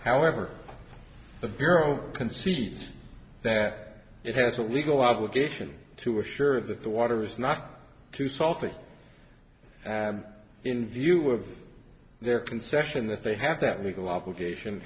however the bureau concedes that it has a legal obligation to assure that the water is not too salty in view of their concession that they have that legal obligation